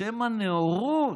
בשם הנאורות,